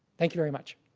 thank you very much.